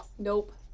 nope